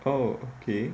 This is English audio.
oh okay